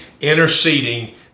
interceding